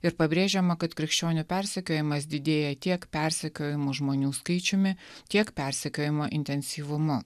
ir pabrėžiama kad krikščionių persekiojimas didėja tiek persekiojamų žmonių skaičiumi tiek persekiojimo intensyvumu